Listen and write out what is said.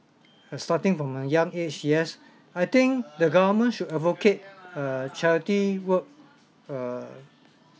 uh starting from a young age yes I think the government should advocate err charity work err